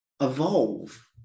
evolve